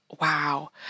wow